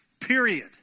Period